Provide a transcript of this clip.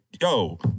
yo